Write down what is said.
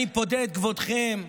אני פודה את כבודכם,